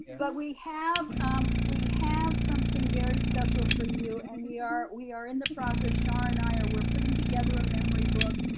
but we have we have something very special for you and we are we are in the process, char and i, we are putting together a memory book.